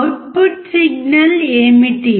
output signal ఏమిటి